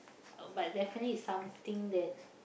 uh but definitely is something that